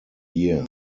year